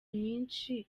nyinshi